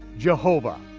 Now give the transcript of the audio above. jehovah,